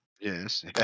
Yes